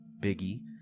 Biggie